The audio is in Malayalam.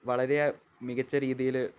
വളരെ മികച്ച രീതിയില്